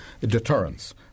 deterrence